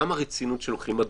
מדוע?